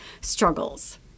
struggles